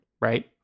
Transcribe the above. right